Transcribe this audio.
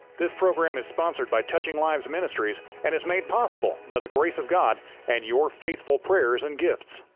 this program is sponsored by touching lives ministries and is made possible by the grace of god and your faithful prayers and gifts.